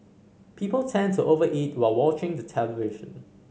people tend to over eat while watching the television